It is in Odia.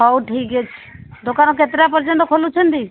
ହଉ ଠିକ୍ ଅଛି ଦୋକାନ କେତେଟା ପର୍ଯ୍ୟନ୍ତ ଖୋଲୁଛନ୍ତି